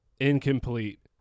incomplete